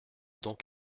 donc